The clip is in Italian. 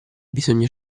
bisogna